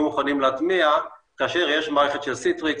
מוכנים להטמיע כאשר יש מערכת של סיטריקס,